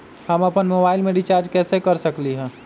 हम अपन मोबाइल में रिचार्ज कैसे कर सकली ह?